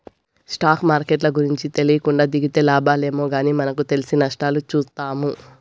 stock మార్కెట్ల గూర్చి తెలీకుండా దిగితే లాబాలేమో గానీ మనకు తెలిసి నష్టాలు చూత్తాము